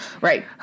Right